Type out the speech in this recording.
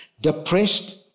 depressed